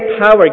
power